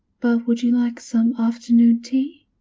but would you like some afternoon tea?